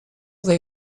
they